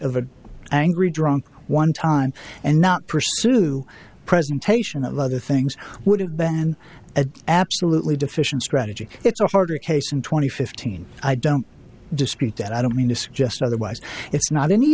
an angry drunk one time and not pursue presentation of other things would have been absolutely deficient strategy it's a harder case and twenty fifteen i don't dispute that i don't mean to suggest otherwise it's not an